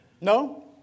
No